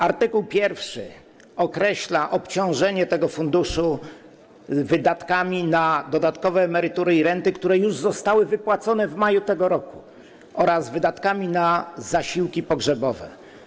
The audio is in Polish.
Art. 1 określa obciążenie tego funduszu wydatkami na dodatkowe emerytury i renty, które już zostały wypłacone w maju tego roku, oraz wydatkami na zasiłki pogrzebowe.